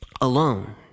alone